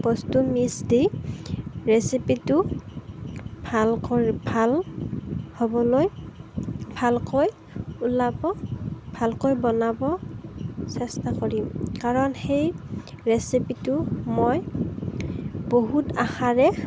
বস্তু মিচ দি ৰেচিপিটো ভাল কৰি ভাল হ'বলৈ ভালকৈ ওলাব ভালকৈ বনাব চেষ্টা কৰিম কাৰণ সেই ৰেচিপিটো মই বহুত আশাৰে